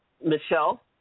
Michelle